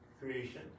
creation